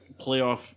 playoff